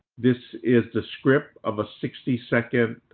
this is the script of a sixty second